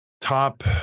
Top